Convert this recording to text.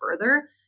further